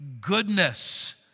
goodness